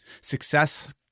Success